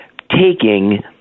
taking